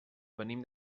venim